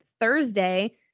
Thursday